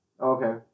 Okay